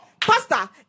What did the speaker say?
Pastor